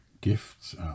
gifts